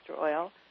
oil